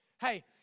Hey